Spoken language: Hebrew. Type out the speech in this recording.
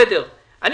בסדר, אמרתי.